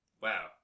Wow